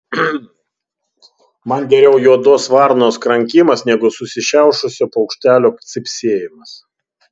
man geriau juodos varnos krankimas negu susišiaušusio paukštelio cypsėjimas